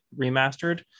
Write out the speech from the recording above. remastered